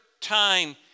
time